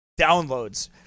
downloads